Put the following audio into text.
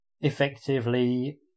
effectively